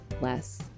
less